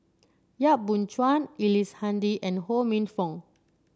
Yap Boon Chuan Ellice Handy and Ho Minfong